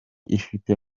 ifite